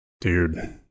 Dude